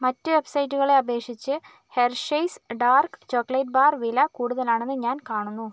മറ്റു വെബ്സൈറ്റുകളെ അപേക്ഷിച്ച് ഹെർഷെയ്സ് ഡാർക്ക് ചോക്ലേറ്റ് ബാർ വില കൂടുതലാണെന്ന് ഞാൻ കാണുന്നു